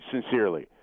sincerely